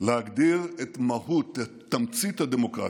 להגדיר את מהות, את תמצית הדמוקרטיה: